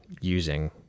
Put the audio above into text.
using